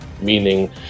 meaning